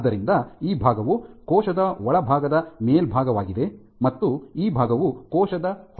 ಆದ್ದರಿಂದ ಈ ಭಾಗವು ಕೋಶದ ಒಳಭಾಗದ ಮೇಲ್ಭಾಗವಾಗಿದೆ ಮತ್ತು ಈ ಭಾಗವು ಕೋಶದ ಹೊರಭಾಗವಾಗಿದೆ